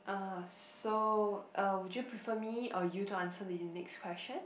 uh so uh would you prefer me or you to answer the you next question